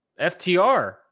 FTR